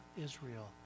Israel